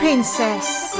princess